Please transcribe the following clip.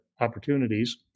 opportunities